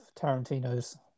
Tarantino's